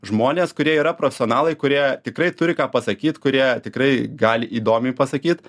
žmonės kurie yra profesionalai kurie tikrai turi ką pasakyt kurie tikrai gali įdomiai pasakyt